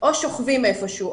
או שוכבים איפה שהוא,